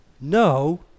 No